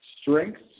Strengths